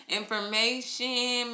information